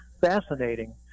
fascinating